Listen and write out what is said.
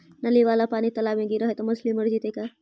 नली वाला पानी तालाव मे गिरे है त मछली मर जितै का?